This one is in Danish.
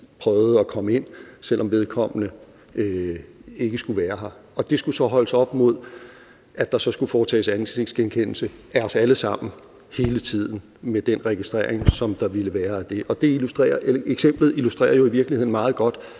prøvede at komme ind, selv om vedkommende ikke skulle være her. Og det skulle så holdes op imod, at der skulle foretages ansigtsgenkendelse af os alle sammen hele tiden med den registrering, som der ville være af det. Og eksemplet illustrerer jo i virkeligheden meget godt